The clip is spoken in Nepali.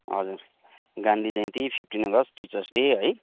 हजुर Gandhi Jayanti fifteen August teachers day है